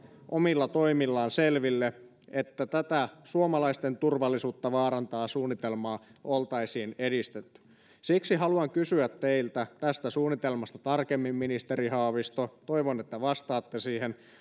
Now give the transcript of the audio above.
omilla toimillaan selville tätä suomalaisten turvallisuutta vaarantavaa suunnitelmaa oltaisiin edistetty siksi haluan kysyä teiltä tästä suunnitelmasta tarkemmin ministeri haavisto toivon että vastaatte siihen